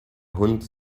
hund